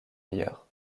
ailleurs